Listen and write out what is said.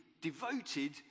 devoted